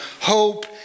hope